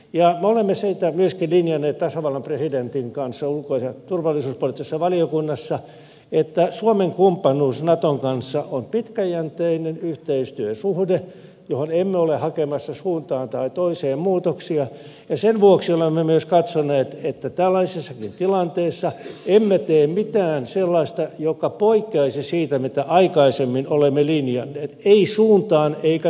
me olemme siitä myöskin linjanneet tasavallan presidentin kanssa ulko ja turvallisuuspoliittisessa valiokunnassa että suomen kumppanuus naton kanssa on pitkäjänteinen yhteistyösuhde johon emme ole hakemassa suuntaan tai toiseen muutoksia ja sen vuoksi olemme myös katsoneet että tällaisessakaan tilanteessa emme tee mitään sellaista joka poikkeaisi siitä mitä aikaisemmin olemme linjanneet ei suuntaan eikä toiseen